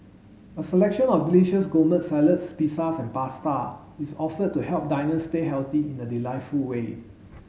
a selection of delicious gourmet salads pizzas and pasta is offered to help diners stay healthy in a delightful way